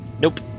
Nope